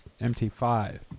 Mt5